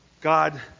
God